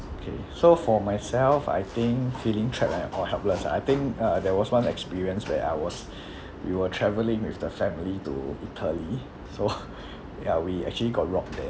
okay so for myself I think feeling trapped and or helpless ah I think uh there was one experience where I was we were travelling with the family to italy so ya we actually got robbed there